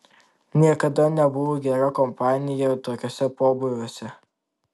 niekada nebuvau gera kompanija tokiuose pobūviuose